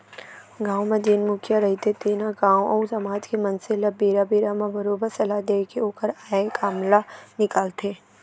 गाँव म जेन मुखिया रहिथे तेन ह गाँव अउ समाज के मनसे ल बेरा बेरा म बरोबर सलाह देय के ओखर आय काम ल निकालथे